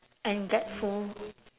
and get full